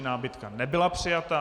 Námitka nebyla přijata.